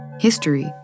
History